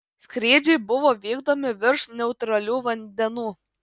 skrydžiai buvo vykdomi virš neutralių vandenų